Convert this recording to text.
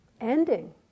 ending